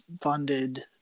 funded